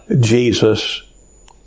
Jesus